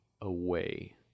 away